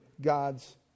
God's